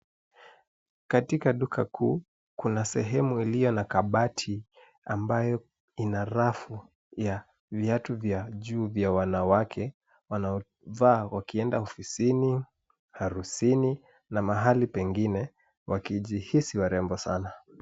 Katika duka kuu, kuna sehemu iliyo na kabati ambayo ina rafu ya viatu vya juu vya wanawake, wanavaa wakienda ofisini, harusini na mahali pengine wakijihisi warembo sana.